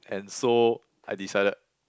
and so I decided